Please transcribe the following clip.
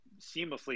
seamlessly